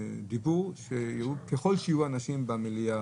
זה לא נכון,